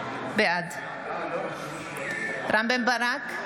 בעד רם בן ברק,